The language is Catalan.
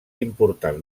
important